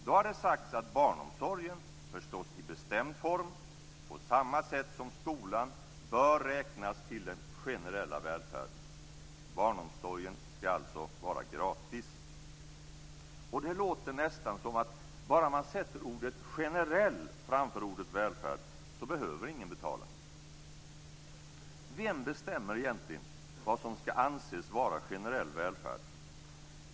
Då har det sagts att barnomsorgen - i bestämd form, förstås - på samma sätt som skolan bör räknas till den generella välfärden. Barnomsorgen skall alltså vara gratis. Det låter nästan som att bara man sätter ordet "generell" framför ordet "välfärd" behöver ingen betala. Vem bestämmer egentligen vad som skall anses vara generell välfärd?